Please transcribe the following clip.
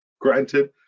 Granted